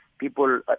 people